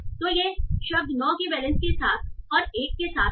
तो ये शब्द 9 की वैलेंस के साथ और 1 के साथ हैं